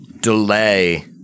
delay